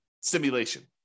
simulation